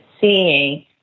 seeing